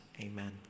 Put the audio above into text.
Amen